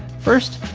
first,